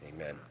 Amen